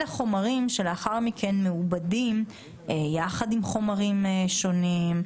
אלה חומרים שלאחר מכן מעובדים יחד עם חומרים שונים,